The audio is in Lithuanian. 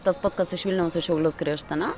tas pats kas iš vilniaus į šiaulius grįžt ane